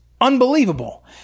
unbelievable